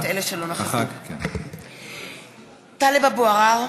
(קוראת בשמות חברי הכנסת) טלב אבו עראר,